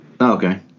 Okay